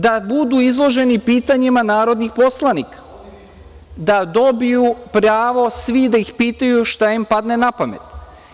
Da budu izloženi pitanjima narodnih poslanika, da dobiju pravo svi da ih pitaju šta im padne na pamet?